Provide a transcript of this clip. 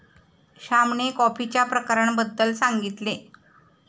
श्यामने कॉफीच्या प्रकारांबद्दल सांगितले